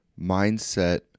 mindset